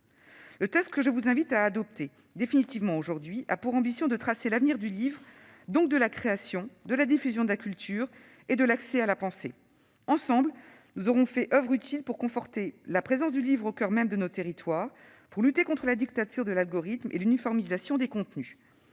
Le texte que je vous invite à adopter définitivement aujourd'hui a pour ambition de tracer l'avenir du livre, donc de la création, de la diffusion de la culture et de l'accès à la pensée. Ensemble, nous aurons fait oeuvre utile pour conforter la présence du livre au coeur même de nos territoires, pour lutter contre la dictature de l'algorithme et l'uniformisation des contenus.